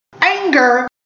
anger